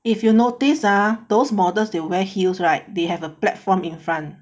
if you notice ah those models they wear heels right they have a platform in front